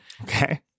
Okay